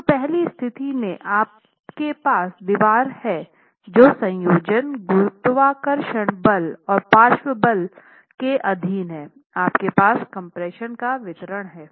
तो पहली स्थिति में आपके पास दीवार है जो संयोजन गुरुत्वाकर्षण बल और पार्श्व बल के अधीन है आपके पास कम्प्रेशन का वितरण है